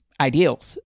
ideals